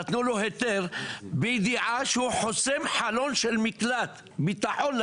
נתנו לו היתר בידיעה שהוא חוסם חלון של מקלט ביטחון,